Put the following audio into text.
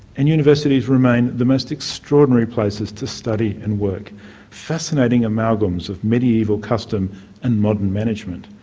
and universities remain the most extraordinary places to study and work fascinating amalgams of medieval customs and modern management.